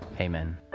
Amen